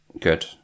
good